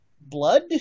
Blood